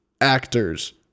actors